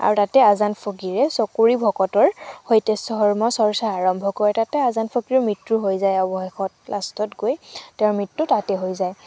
আৰু তাতে আজান ফকীৰে ছকুৰি ভকতৰ সৈতে ধৰ্ম চৰ্চা আৰম্ভ কৰে তাতে আজান ফকীৰৰ মৃত্যু হৈ যায় অৱশেষত লাষ্টত গৈ তেওঁৰ মৃত্যু তাতে হৈ যায়